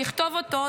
לכתוב אותו,